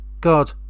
god